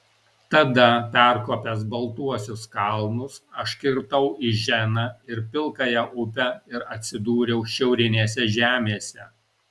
tada perkopęs baltuosius kalnus aš kirtau iženą ir pilkąją upę ir atsidūriau šiaurinėse žemėse